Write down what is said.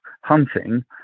hunting